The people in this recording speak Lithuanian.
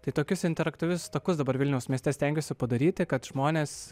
tai tokius interaktyvius takus dabar vilniaus mieste stengiuosi padaryti kad žmonės